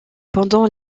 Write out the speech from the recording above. pendant